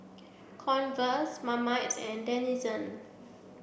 Converse Marmite and Denizen